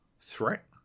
threat